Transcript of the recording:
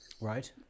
Right